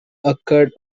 occurred